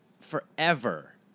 forever